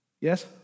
Yes